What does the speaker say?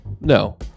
No